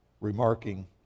remarking